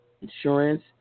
insurance